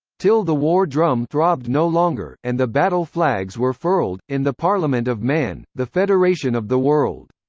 till the war-drum throbb'd no longer and the battle-flags were furled in the parliament of man, the federation of the world.